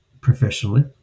professionally